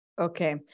Okay